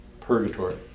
purgatory